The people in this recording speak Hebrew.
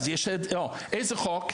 איזה חוק?